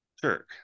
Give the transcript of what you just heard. Sure